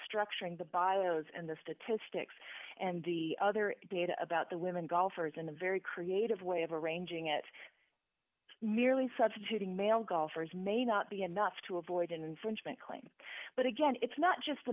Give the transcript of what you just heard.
structuring the bio's and the statistics and the other data about the women golfers in a very creative way of arranging it merely substituting male golfers may not be enough to avoid an infringement claim but again it's not just the